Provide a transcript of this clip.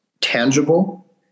tangible